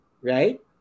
Right